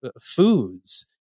foods